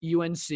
UNC